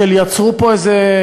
שיצרו פה איזה,